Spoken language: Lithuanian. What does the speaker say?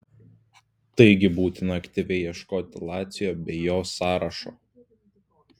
taigi būtina aktyviai ieškoti lacio bei jo sąrašo